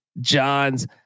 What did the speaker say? John's